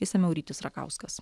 išsamiau rytis rakauskas